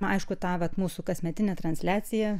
na aišku tą vat mūsų kasmetinę transliaciją